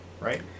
right